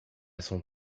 son